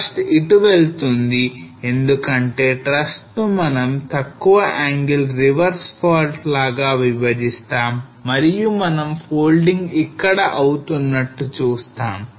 Thrust ఇటు వెళ్తుంది ఎందుకంటే thrust ను మనం తక్కువ యాంగిల్ reverse fault లాగా విభజిస్తాం మరియు మనం folding ఇక్కడ అవుతున్నట్టు చూస్తాం